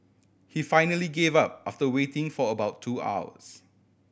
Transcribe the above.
he finally gave up after waiting for about two hours